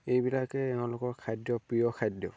এইবিলাকেই তেওঁলোকৰ খাদ্য প্ৰিয় খাদ্য